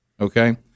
Okay